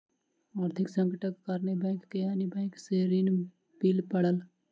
आर्थिक संकटक कारणेँ बैंक के अन्य बैंक सॅ ऋण लिअ पड़ल